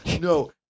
No